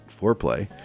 foreplay